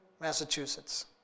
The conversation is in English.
Massachusetts